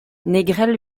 négrel